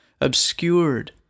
obscured